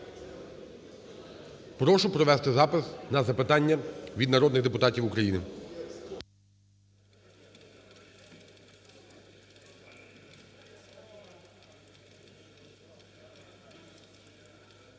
Прошу провести запис на запитання від народних депутатів України.